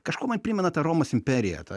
kažkuo man primena tą romos imperiją tą